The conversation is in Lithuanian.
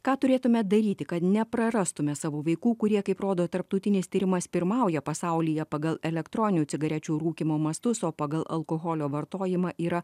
ką turėtume daryti kad neprarastume savo vaikų kurie kaip rodo tarptautinis tyrimas pirmauja pasaulyje pagal elektroninių cigarečių rūkymo mastus o pagal alkoholio vartojimą yra